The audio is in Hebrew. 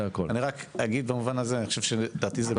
אני רק אגיד במובן הזה שלדעתי זה היה